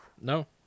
No